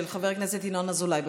של חבר הכנסת ינון אזולאי.